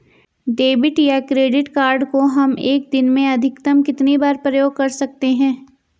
Debit या credit card को हम एक दिन में अधिकतम कितनी बार प्रयोग कर सकते हैं?